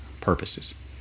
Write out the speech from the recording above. purposes